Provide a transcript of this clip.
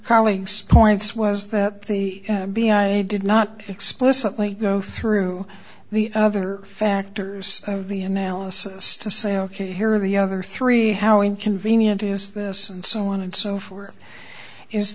colleagues points was that the b i did not explicitly go through the other factors of the analysis to say ok here are the other three how inconvenient is this and so on and so forth is